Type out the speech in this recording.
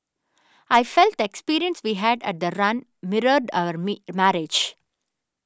I felt the experience we had at the run mirrored our marriage